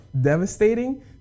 devastating